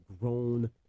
grown